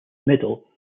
medal